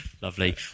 lovely